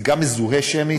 זה גם מזוהה שמית,